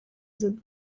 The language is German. sind